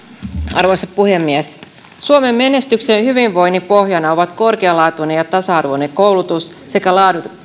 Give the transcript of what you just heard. arvoisa puhemies suomen menestyksen ja hyvinvoinnin pohjana ovat korkealaatuinen ja tasa arvoinen koulutus sekä